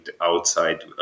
outside